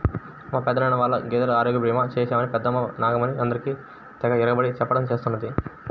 మా పెదనాన్న వాళ్ళ గేదెలకు ఆరోగ్య భీమా చేశామని పెద్దమ్మ నాగమణి అందరికీ తెగ ఇరగబడి చెప్పడం చేస్తున్నది